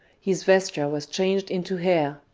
his vesture was changed into hair,